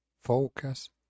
focus